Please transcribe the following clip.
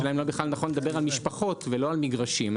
כי אז נכון לדבר על משפחות ולא על מגרשים.